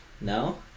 No